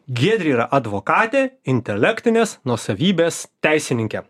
giedrė yra advokatė intelektinės nuosavybės teisininkė